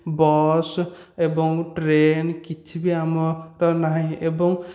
ବସ ଏବଂ ଟ୍ରେନ କିଛି ବି ଆମର ନାହିଁ ଏବଂ